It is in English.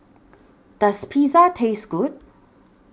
Does Pizza Taste Good